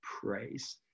praise